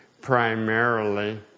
primarily